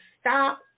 stop